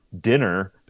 dinner